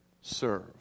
serve